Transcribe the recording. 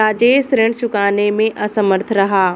राजेश ऋण चुकाने में असमर्थ रहा